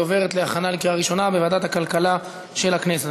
והיא עוברת להכנה לקריאה ראשונה בוועדת הכלכלה של הכנסת.